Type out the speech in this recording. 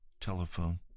telephone